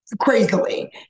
crazily